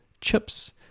chips